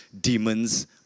demons